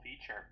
feature